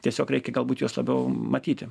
tiesiog reikia galbūt juos labiau matyti